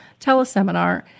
teleseminar